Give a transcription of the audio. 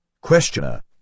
Questioner